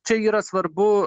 čia yra svarbu